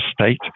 state